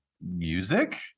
Music